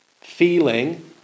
Feeling